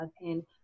and-